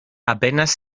apenas